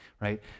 right